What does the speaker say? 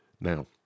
Now